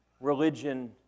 Religion